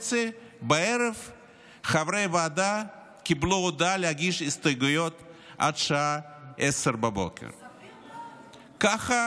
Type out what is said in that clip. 20:30 חברי הוועדה קיבלו הודעה להגיש הסתייגויות עד השעה 10:00. ככה